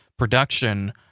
production